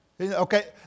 Okay